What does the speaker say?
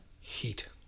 Heat